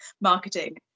marketing